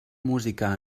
música